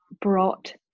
brought